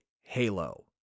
Halo